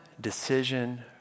decision